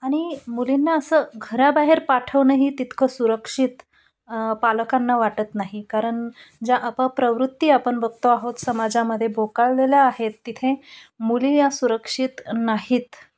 आणि मुलींना असं घराबाहेर पाठवणंही तितकं सुरक्षित पालकांना वाटत नाही कारण ज्या अपप्रवृत्ती आपण बघतो आहोत समाजामध्ये बोकाळलेल्या आहेत तिथे मुली या सुरक्षित नाहीत